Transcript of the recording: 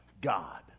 God